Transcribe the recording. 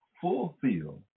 fulfill